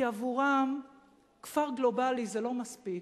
כי עבורם כפר גלובלי זה לא מספיק.